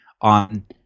on